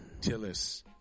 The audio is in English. Tillis